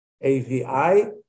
A-V-I